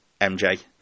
MJ